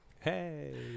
Hey